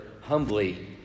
humbly